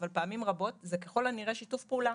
אבל פעמים רבות זה ככל הנראה שיתוף פעולה,